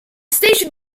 station